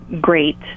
great